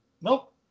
nope